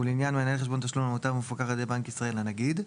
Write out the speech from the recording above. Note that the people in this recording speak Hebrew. ולעניין מנהל חשבון תשלום למוטב המפוקח על ידי בנק ישראל - הנגיד,